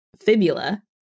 fibula